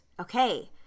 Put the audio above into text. Okay